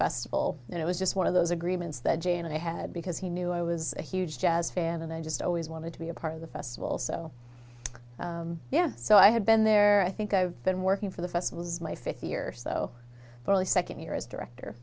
festival and it was just one of those agreements that jay and i had because he knew i was a huge jazz fan and i just always wanted to be a part of the festival so yeah so i had been there i think i've been working for the festivals my fifth year so really second year as director